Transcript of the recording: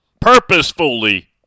purposefully